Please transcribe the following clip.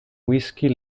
whiskey